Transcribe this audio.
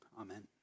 Amen